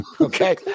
Okay